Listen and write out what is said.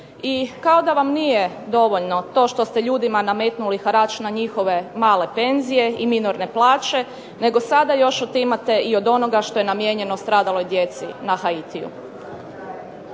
i kao da vam nije dovoljno to što ste ljudima nametnuli harač na njihove male penzije i minorne plaće nego sada još otimate i od onoga što je namijenjeno stradaloj djeci na Haitiju.